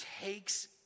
takes